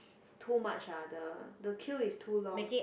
too much ah the the queue is too long